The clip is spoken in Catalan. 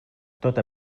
tota